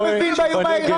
מה אתה אומר, אחמד?